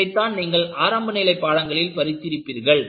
இதைத்தான் நீங்கள் ஆரம்பநிலை பாடங்களில் படித்திருப்பீர்கள்